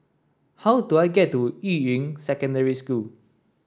how do I get to Yuying Secondary School